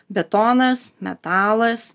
betonas metalas